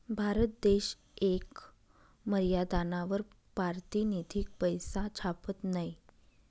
भारत देश येक मर्यादानावर पारतिनिधिक पैसा छापत नयी